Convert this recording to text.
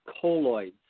colloids